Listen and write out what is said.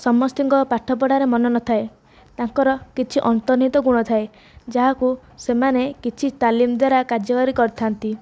ସମସ୍ତଙ୍କ ପାଠ ପଢ଼ାରେ ମନ ନଥାଏ ତାଙ୍କର କିଛି ଅନ୍ତର୍ନିହିତ ଗୁଣଥାଏ ଯାହାକୁ ସେମାନେ କିଛି ତାଲିମ୍ ଦ୍ୱାରା କାଯ୍ୟକାରୀ କରିଥାନ୍ତି